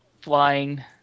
flying